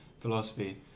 philosophy